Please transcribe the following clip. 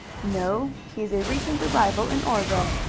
no he is a recent arrival in oreville.